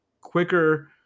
quicker